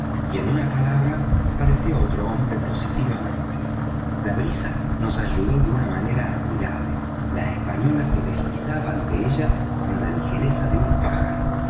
y en una palabra parecía otro hombre positivamente la brisa nos ayudó de una manera admirable la española se deslizaba ante ella con la ligereza de un pájaro